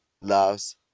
loves